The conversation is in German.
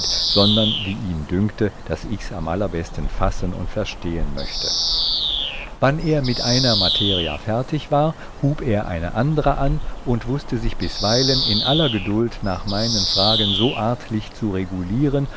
sondern wie ihn dünkte daß ichs am allerbesten fassen und verstehen möchte wann er mit einer materia fertig war hub er eine andre an und wußte sich bisweilen in aller gedult nach meinen fragen so artlich zu regulieren